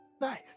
nice